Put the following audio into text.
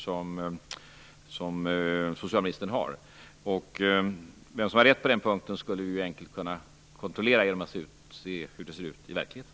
Vem som har rätt på den punkten skulle vi lätt kunna kontrollera genom att se hur det ser ut i verkligheten.